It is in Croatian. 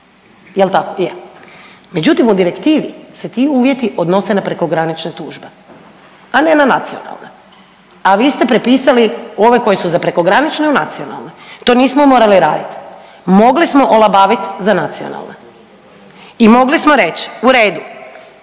Jel' tako? Je. Međutim, u direktivi se ti uvjeti odnose na prekogranične tužbe, a ne na nacionalne, a vi ste prepisali ove koje su za prekogranične u nacionalne. To nismo morali raditi. Mogli smo olabaviti za nacionalne i mogli smo reći u redu,